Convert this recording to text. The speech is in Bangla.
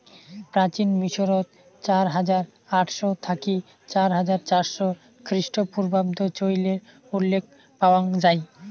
প্রাচীন মিশরত চার হাজার আটশ থাকি চার হাজার চারশ খ্রিস্টপূর্বাব্দ চইলের উল্লেখ পাওয়াং যাই